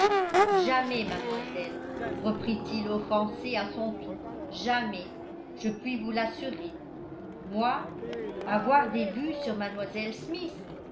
jamais mademoiselle reprit-il offensé à son tour jamais je puis vous l'assurer moi avoir des vues sur mlle smith